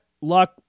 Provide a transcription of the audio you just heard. Luck